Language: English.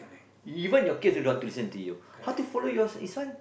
even your kids don't wanna listen to you how to follow your this one